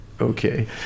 okay